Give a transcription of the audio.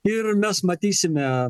ir mes matysime